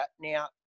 Now